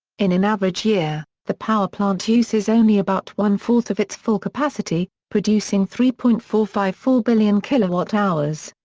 in an average year, the power plant uses only about one-fourth of its full capacity, producing three point four five four billion kilowatt hours.